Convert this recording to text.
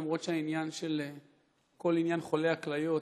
למרות שכל עניין חולי הכליות,